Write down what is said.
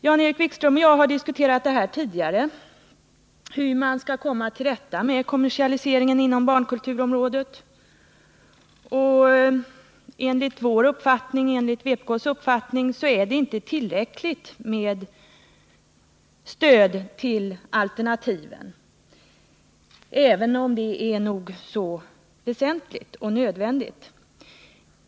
Jan-Erik Wikström och jag har tidigare diskuterat hur vi skall komma till rätta med kommersialiseringen inom barnkulturområdet. Enligt vpk:s uppfattning är det inte tillräckligt med stöd till alternativen. även om det är nog så väsentligt och nödvändigt.